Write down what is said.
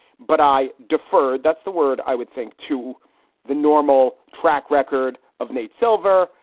but i defer. that's the word, i would think, to the normal track record of nate silver.